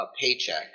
paycheck